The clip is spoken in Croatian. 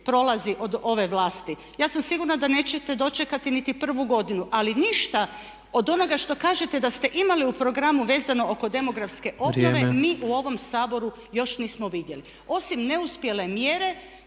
prolazi od ove vlasti. Ja sam sigurna da nećete dočekati niti prvu godinu ali ništa od onoga što kažete da ste imali u programu vezano oko demografske obnove, mi u ovom Saboru još nismo vidjeli. Osim neuspjele mjere